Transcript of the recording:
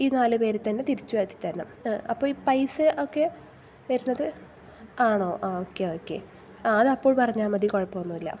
ഈ നാല് പേരെ തന്നെ തിരിച്ചും ആക്കിത്തരണം അപ്പ ഈ പൈസയൊക്കെ വരുന്നത് ആ ആണോ ആ ഓക്കേ ഓക്കേ ആ അത് അപ്പം പറഞ്ഞാൽ മതി കുഴപ്പം ഒന്നും ഇല്ല